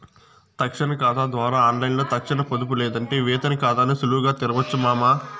తక్షణ కాతా ద్వారా ఆన్లైన్లో తక్షణ పొదుపు లేదంటే వేతన కాతాని సులువుగా తెరవొచ్చు మామా